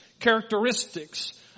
characteristics